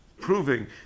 proving